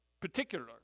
Particular